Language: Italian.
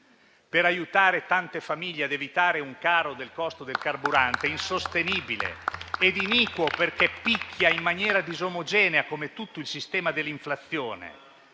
per aiutare tante famiglie ad evitare un caro del costo del carburante insostenibile ed iniquo, perché picchia in maniera disomogenea, come tutto il sistema dell'inflazione,